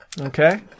Okay